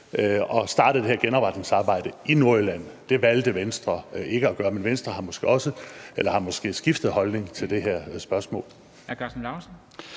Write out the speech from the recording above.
og startet det her genopretningsarbejde i Nordjylland. Det valgte Venstre ikke at gøre, men Venstre har måske skiftet holdning til det her spørgsmål.